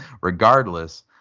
regardless